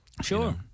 Sure